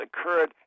occurred